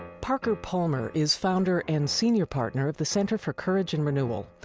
parker palmer is founder and senior partner of the center for courage and renewal.